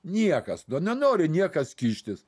niekas nenori niekas kištis